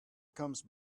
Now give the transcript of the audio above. comes